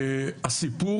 הסיפור,